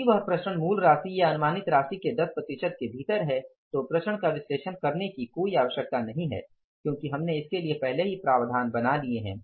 यदि वह प्रसरण मूल राशि या अनुमानित राशि के 10 प्रतिशत के भीतर है तो प्रसरण का विश्लेषण करने की कोई आवश्यकता नहीं है क्योंकि हमने इसके लिए पहले ही प्रावधान बना लिए हैं